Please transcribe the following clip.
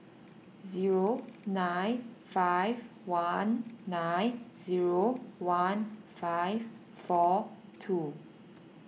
zero nine five one nine zero one five four two